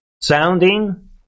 sounding